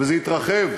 וזה יתרחב,